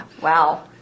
Wow